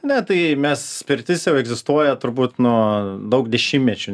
ne tai mes pirtis jau egzistuoja turbūt nuo daug dešimtmečių